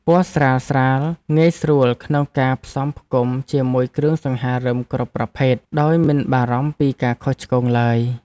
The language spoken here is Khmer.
ពណ៌ស្រាលៗងាយស្រួលក្នុងការផ្សំផ្គុំជាមួយគ្រឿងសង្ហារិមគ្រប់ប្រភេទដោយមិនបារម្ភពីការខុសឆ្គងឡើយ។